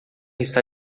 está